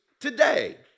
today